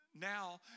Now